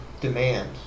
Demand